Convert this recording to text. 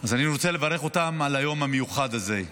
אז אני רוצה לברך אותם על היום המיוחד הזה.